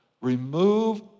Remove